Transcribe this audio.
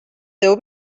teu